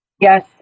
Yes